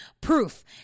proof